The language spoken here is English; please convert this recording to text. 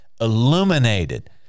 illuminated